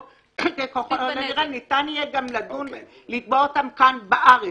קשר, זה לא נציגות משפטית של החברה בארץ.